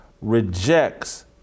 rejects